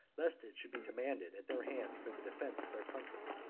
lest it should be demanded at their hands for the defence of their country.